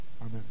Amen